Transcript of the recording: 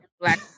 black